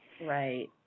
right